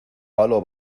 palo